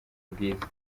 bwiza